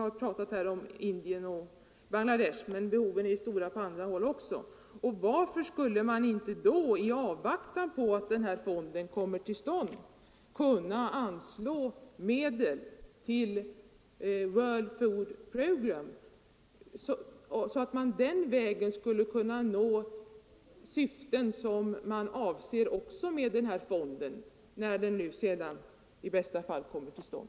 Här har talats om Indien och Bangladesh, men behoven är stora även på andra håll. Och varför kan vi då inte, i avvaktan på besluten om den särskilda fonden, anslå medel till World Food Program, så att vi den vägen kan verka för samma syften som med den särskilda fonden, när den i bästa fall kommer till stånd?